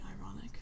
ironic